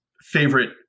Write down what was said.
favorite